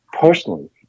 personally